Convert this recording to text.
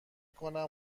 کنم